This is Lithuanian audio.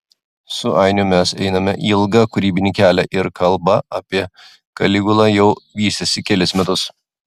su ainiu mes einame ilgą kūrybinį kelią ir kalba apie kaligulą jau vystėsi kelis metus